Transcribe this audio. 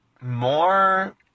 more